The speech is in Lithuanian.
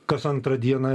kas antrą dieną